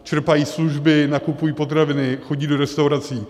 Čerpají služby, nakupují potraviny, chodí do restaurací.